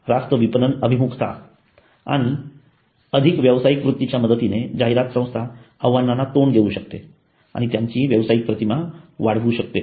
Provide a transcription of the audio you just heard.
रास्त विपणन अभिमुखता आणि अधिक व्यावसायिक वृत्तीच्या मदतीने जाहिरात संस्था आव्हानांना तोंड देऊ शकते आणि त्यांची व्यावसायिक प्रतिमा वाढवू शकते